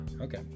Okay